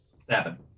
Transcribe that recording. Seven